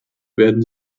werden